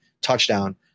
touchdown